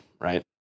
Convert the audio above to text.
right